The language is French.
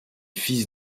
fils